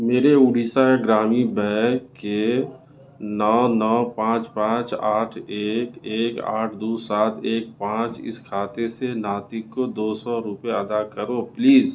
میرے اڑیسہ گرامین بینک کے نو نو پانچ پانچ آٹھ ایک ایک آٹھ دو سات ایک پانچ اس کھاتے سے ناطق کو دو سو روپے ادا کرو پلیز